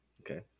okay